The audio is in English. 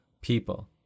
people